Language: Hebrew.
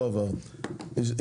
הצבעה ההסתייגות לא התקבלה.